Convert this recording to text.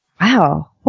Wow